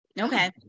Okay